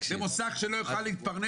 של מוסך שלא יוכל להתפרנס?